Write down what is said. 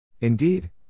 Indeed